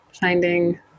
finding